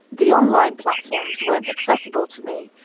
the online platforms weren't accessible to me.